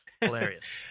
hilarious